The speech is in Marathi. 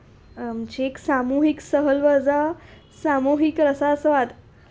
आमची एक सामूहिक सहलवजा सामूहिक रसास्वाद